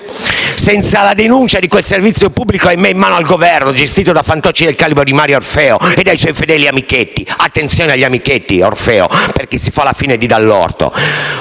senza la denuncia di quel servizio pubblico - ahimè - in mano al Governo, gestito da fantocci del calibro di Mario Orfeo e dai suoi fedeli amichetti. Attenzione agli amichetti, Orfeo, perché si fa la fine di Dall'Orto.